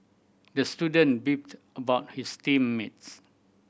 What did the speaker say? the student beefed about his team mates